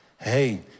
Hey